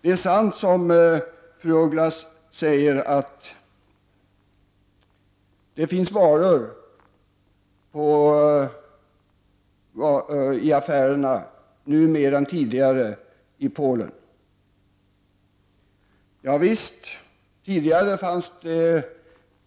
Det är sant som fru af Ugglas säger att det nu finns mera varor i affärerna än tidigare i Polen. Ja visst, tidigare fanns det